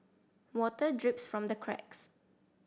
water drips from the cracks